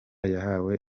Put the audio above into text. yahawe